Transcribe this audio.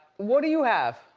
what do you have?